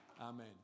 Amen